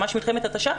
ממש מלחמת התשה,